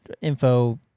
info